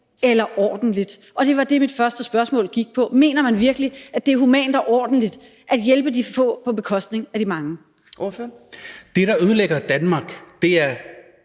eller ordentligt, og det var det, mit første spørgsmål gik på. Mener man virkelig, at det er humant og ordentligt at hjælpe de få på bekostning af de mange? Kl. 14:27 Fjerde næstformand